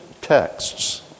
texts